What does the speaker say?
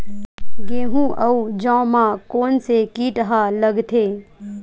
गेहूं अउ जौ मा कोन से कीट हा लगथे?